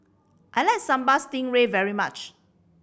I like Sambal Stingray very much